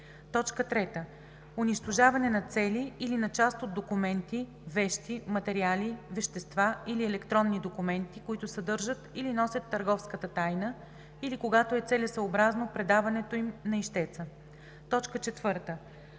цели; 3. унищожаване на цели или на част от документи, вещи, материали, вещества или електронни документи, които съдържат или носят търговската тайна, или когато е целесъобразно – предаването им на ищеца; 4.